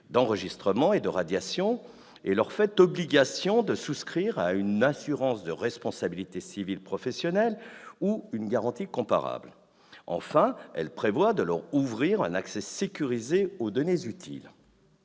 d'enregistrement et de radiation et leur fait obligation de souscrire une assurance de responsabilité civile professionnelle ou une garantie comparable. Enfin, elle prévoit de leur ouvrir un accès sécurisé aux données utiles.